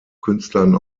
künstlern